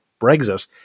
Brexit